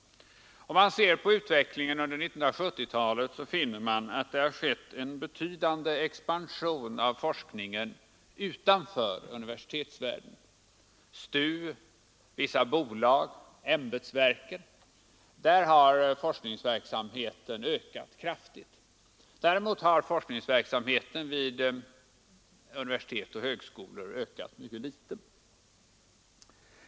Om man ser på utvecklingen under 1970-talet finner man att det har skett en betydande expansion av forskningen utanför universitetsvärlden: STU, vissa bolag, ämbetsverken — där har forskningsverksamheten ökat kraftigt. Däremot har forskningsverksamheten vid universitet och högskolor ökat mycket litet.